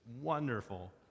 wonderful